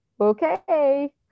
okay